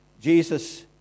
Jesus